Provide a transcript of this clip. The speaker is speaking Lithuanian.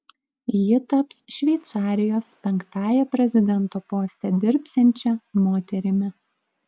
ji taps šveicarijos penktąja prezidento poste dirbsiančia moterimi